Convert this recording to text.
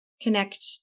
connect